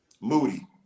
Moody